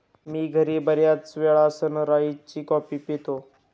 मी घरी बर्याचवेळा सनराइज ची कॉफी पितो